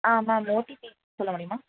ஆ ma'am OTP சொல்ல முடியுமா